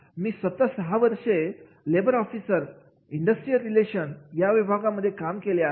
मी स्वतः सहा वर्ष लेबर ऑफिसर म्हणून इंडस्ट्रियल रिलेशन्स या विभागात काम केलं आहे